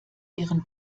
ihren